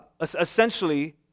essentially